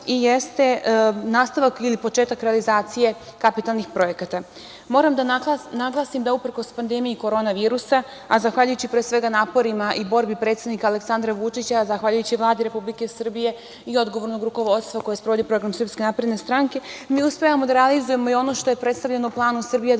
i jeste nastavak ili početak realizacije kapitalnih projekata. Moram da naglasim da, uprkos pandemiji korona virusa, a zahvaljujući pre svega naporima i borbi predsednika Aleksandra Vučića, zahvaljujući Vladi Republike Srbije i odgovornog rukovodstva koji sprovodi program SNS, mi uspevamo da realizujemo i ono što je predstavljeno Planom Srbija 2020/25,